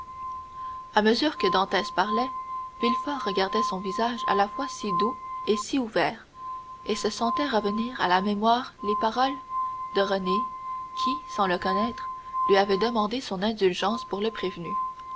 à mesure que dantès parlait villefort regardait son visage à la fois si doux et si ouvert et se sentait revenir à la mémoire les paroles de renée qui sans le connaître lui avait demandé son indulgence pour le prévenu